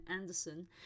Anderson